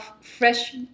fresh